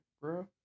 bro